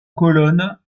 colonnes